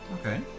okay